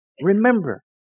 Remember